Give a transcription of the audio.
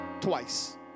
twice